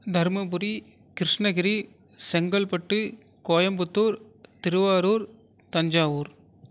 Dharmapuri Krishnagiri Chengalpattu Coimbatore Thiruvarur Thanjavur